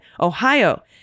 Ohio